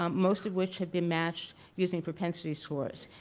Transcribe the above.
um most of which have been matched using propensity sorts.